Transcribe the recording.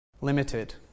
limited